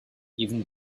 even